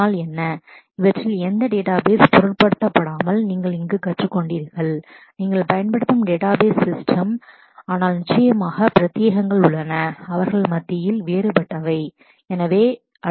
அதனால் நீங்கள் இங்கு என்ன கற்றுக்கொண்டீர்கள் அதை நீங்கள் எந்த டேட்டாபேஸ் என்பதில் பயன்படுத்தப்படும் என்பதைப் பொருட்படுத்தாமல் நீங்கள் பயன்படுத்தும் டேட்டாபேஸ் சிஸ்டம் ஆனால் நிச்சயமாக பிரத்தியேகங்கள் உள்ளன அவர்கள் மத்தியில் வேறுபட்டவர்கள்